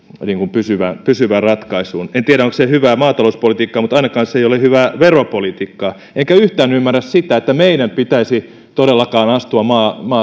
pysyvään ratkaisuun en tiedä onko se hyvää maata louspolitiikkaa mutta ainakaan se ei ole hyvää veropolitiikkaa enkä yhtään ymmärrä sitä miksi meidän todella pitäisi astua